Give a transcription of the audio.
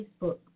Facebook